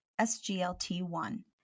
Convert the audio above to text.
SGLT1